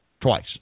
twice